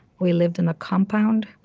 we lived in a compound.